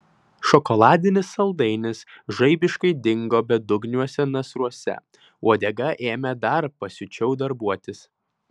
šokoladinis saldainis žaibiškai dingo bedugniuose nasruose uodega ėmė dar pasiučiau darbuotis